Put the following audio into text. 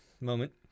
moment